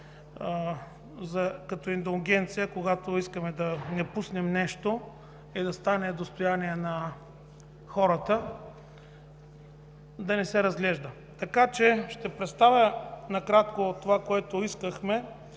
като индулгенция, когато не искаме да допуснем нещо и то да стане достояние на хората, да не се разглежда. Ще представя накратко това, което искахме